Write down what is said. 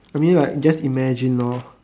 I mean like just imagine lor